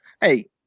hey